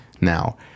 now